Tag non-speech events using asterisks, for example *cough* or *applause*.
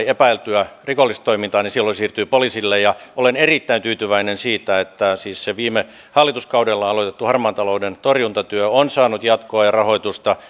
*unintelligible* epäiltyä rikollista toimintaa niin silloin se siirtyy poliisille olen erittäin tyytyväinen siitä että se viime hallituskaudella aloitettu harmaan talouden torjuntatyö on saanut jatkoa ja rahoitusta *unintelligible*